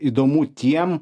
įdomu tiem